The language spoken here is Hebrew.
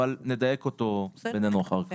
אבל נדייק אותו בינינו אחר כך.